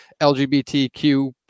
LGBTQ